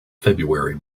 february